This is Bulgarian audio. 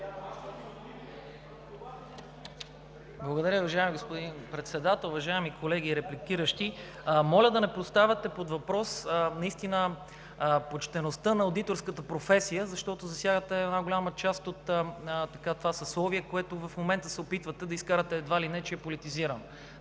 Благодаря, уважаеми господин Председател. Уважаеми колеги, репликиращи! Моля да не поставяте под въпрос почтеността на одиторската професия, защото засягате една голяма част от това съсловие, което в момента се опитвате да изкарате политизирано.